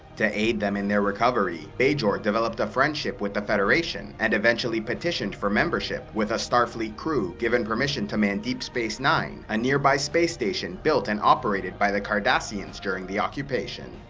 to aid them in their recovery bajor developed a friendship with the federation, and eventually petitioned for membership, with a starfleet crew given permission to man deep space nine, a nearby space station built and operated by the cardassians during the occupation.